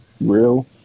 real